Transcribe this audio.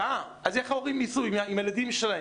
איך ההורים ייסעו עם הילדים שלהם?